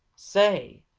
say,